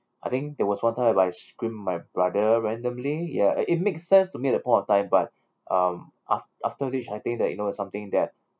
I think there was one time I scream my brother randomly ya it it makes sense to me at that point of time but um af~ after which I think that you know something that